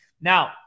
Now